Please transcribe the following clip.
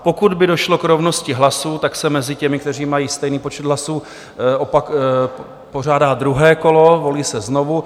Pokud by došlo k rovnosti hlasů, tak se mezi těmi, kteří mají stejný počet hlasů, pořádá druhé kolo, volí se znovu.